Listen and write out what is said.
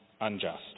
unjust